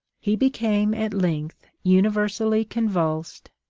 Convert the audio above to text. he became, at length, universally convulsed,